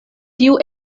tiu